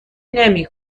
نمی